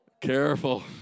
Careful